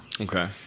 Okay